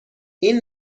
این